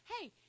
Hey